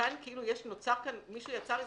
כאן מישהו יצר מנגנון,